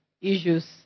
issues